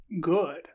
good